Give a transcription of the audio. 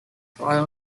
trail